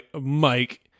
Mike